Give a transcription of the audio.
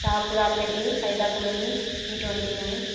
जहापुरा पर Faiza colony E twenty nine